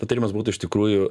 patarimas būtų iš tikrųjų